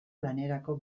lanerako